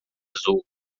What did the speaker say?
azul